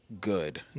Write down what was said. good